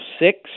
six